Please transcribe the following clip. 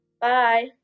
Bye